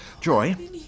Joy